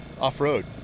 off-road